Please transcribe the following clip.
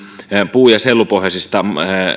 puu ja sellupohjaisista